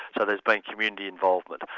so there's been community involvement.